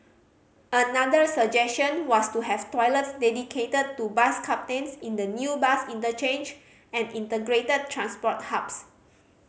another suggestion was to have toilets dedicated to bus captains in the new bus interchange and integrated transport hubs